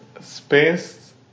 space